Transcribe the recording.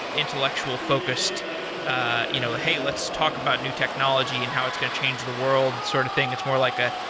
intellectual-focused, ah you know hey, let's talk about new technology and how it's going to change the world, sort of thing. it's more like a,